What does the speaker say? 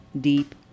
deep